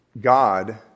God